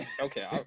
okay